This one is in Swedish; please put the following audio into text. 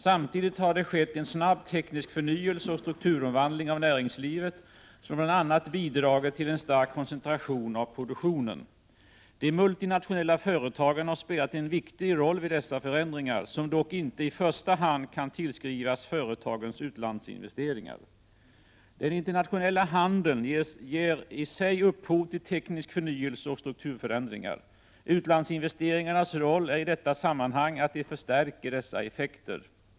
Samtidigt har det skett en snabb teknisk förnyelse och strukturomvandling av näringslivet, som bl.a. bidragit till en stark koncentration av produktionen. De multinationella företagen har spelat en viktig roll vid dessa förändringar, som dock inte i första hand kan tillskrivas företagens utlandsinvesteringar. Den internationella handeln ger i sig upphov till teknisk förnyelse och strukturförändringar. Utlandsinvesteringarnas roll är i detta sammanhang att de förstärker dessa effekter.